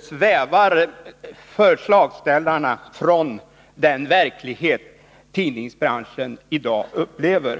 svävar nämligen förslagsställarna från Onsdagen den den verklighet som tidningsbranschen i dag upplever.